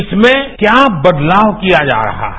इसमें क्या बदलाव किया जा रहा है